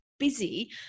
busy